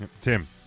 Tim